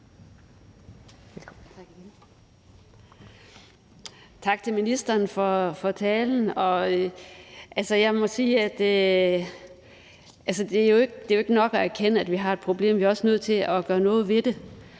Tak til ministeren for talen. Jeg må sige, at det jo ikke er nok at erkende, at vi har et problem, vi er også nødt til at gøre noget ved det.